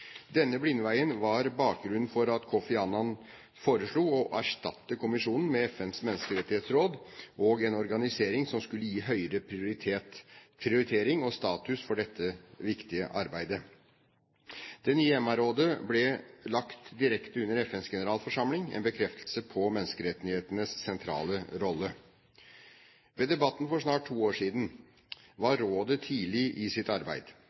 Denne blindveien var bakgrunnen for at Kofi Annan foreslo å erstatte kommisjonen med FNs menneskerettighetsråd og en organisering som skulle gi høyere prioritering og status for dette viktige arbeidet. Det nye MR-rådet ble lagt direkte under FNs generalforsamling, en bekreftelse på menneskerettighetenes sentrale rolle. Ved debatten for snart to år siden var rådet tidlig i sitt arbeid.